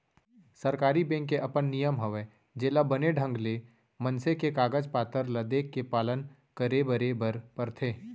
सरकारी बेंक के अपन नियम हवय जेला बने ढंग ले मनसे के कागज पातर ल देखके पालन करे बरे बर परथे